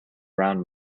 around